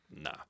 nah